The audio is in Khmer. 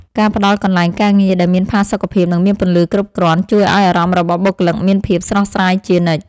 ការផ្តល់កន្លែងការងារដែលមានផាសុកភាពនិងមានពន្លឺគ្រប់គ្រាន់ ជួយឱ្យអារម្មណ៍របស់បុគ្គលិកមានភាពស្រស់ស្រាយជានិច្ច។